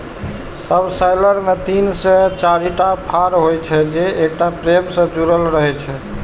subsoiler मे तीन से चारिटा फाड़ होइ छै, जे एकटा फ्रेम सं जुड़ल रहै छै